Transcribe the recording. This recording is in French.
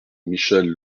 michał